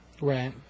Right